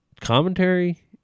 commentary